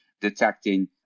detecting